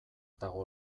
dago